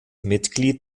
mitglied